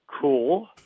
cool